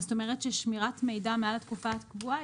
זאת אומרת ששמירת מידע מעל התקופה הקבועה,